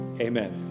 Amen